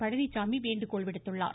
பழனிச்சாமி வேண்டுகோள் விடுத்துள்ளார்